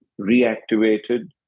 reactivated